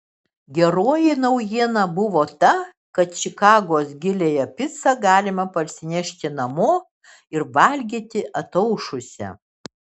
geroji naujiena buvo ta kad čikagos giliąją picą galima parsinešti namo ir valgyti ataušusią